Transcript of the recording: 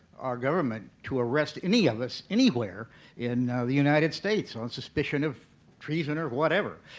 our government to arrest any of us, anywhere in the united states on suspicion of treason or whatever.